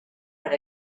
per